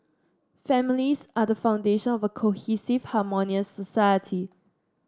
families are the foundation of a cohesive harmonious society